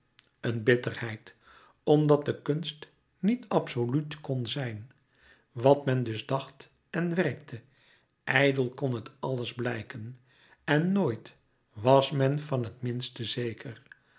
een bitterheid omdat de kunst niet absoluut kon zijn wat men dus dacht en werkte ijdel kon het alles blijken en nooit was men van het minste zeker